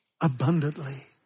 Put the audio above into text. abundantly